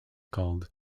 called